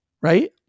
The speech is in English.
Right